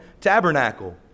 tabernacle